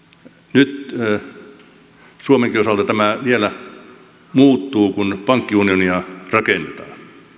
nyt suomenkin osalta tämä vielä muuttuu kun pankkiunionia rakennetaan